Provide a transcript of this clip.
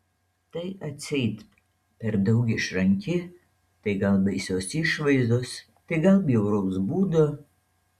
tai atseit per daug išranki tai gal baisios išvaizdos tai gal bjauraus būdo